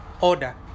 order